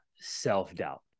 self-doubt